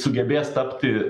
sugebės tapti